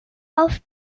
auf